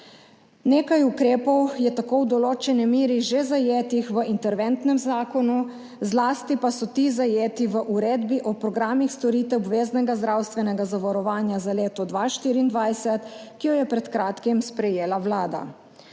Nekaj ukrepov je tako v določeni meri že zajetih v interventnem zakonu, zlasti pa so ti zajeti v uredbi o programih storitev obveznega zdravstvenega zavarovanja za leto 2024, ki jo je pred kratkim sprejela Vlada.